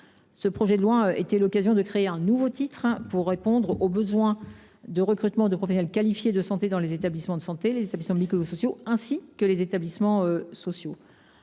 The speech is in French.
Ce projet de loi offre l’occasion de créer un nouveau titre pour répondre aux besoins de recrutement de ce type dans les établissements de santé, les établissements médico sociaux, ainsi que les établissements sociaux.